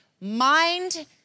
mind